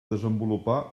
desenvolupar